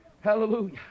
Hallelujah